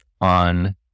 on